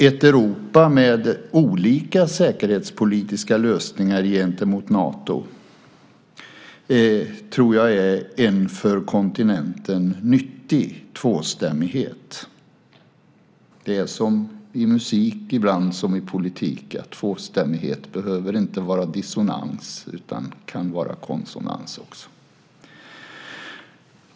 Ett Europa med olika säkerhetspolitiska lösningar gentemot Nato är en för kontinenten nyttig tvåstämmighet. Det är som i musik ibland som i politik, nämligen att tvåstämmighet inte behöver vara dissonans utan också kan vara konsonans.